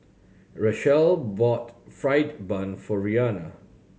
Rachelle bought fried bun for Reanna